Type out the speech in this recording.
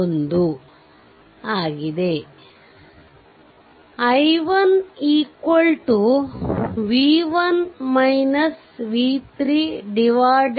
1 ಆಗಿದೆ i1 0